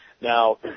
Now